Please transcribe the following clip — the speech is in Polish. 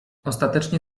ostatecznie